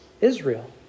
Israel